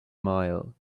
mile